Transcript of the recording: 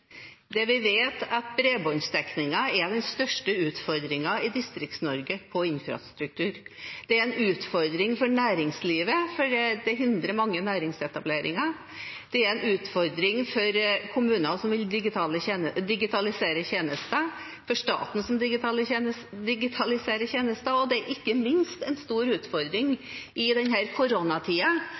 Det vi vet, er at bredbåndsdekningen er den største utfordringen i Distrikts-Norge når det gjelder infrastruktur. Det er en utfordring for næringslivet fordi det hindrer mange næringsetableringer. Det er en utfordring for kommuner som vil digitalisere tjenester, og for staten som vil digitalisere tjenester. Det er ikke minst en stor utfordring i